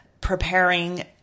preparing